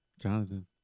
Jonathan